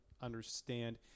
understand